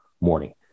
morning